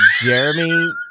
Jeremy